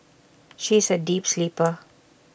she is A deep sleeper